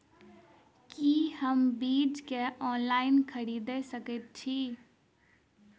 की हम बीज केँ ऑनलाइन खरीदै सकैत छी?